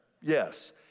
yes